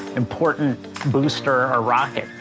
important booster or rocket.